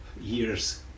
years